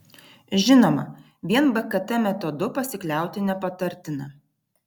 žinoma vien bkt metodu pasikliauti nepatartina